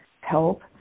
help